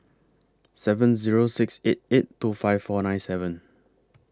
seven Zero six eight eight two five four nine seven